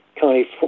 county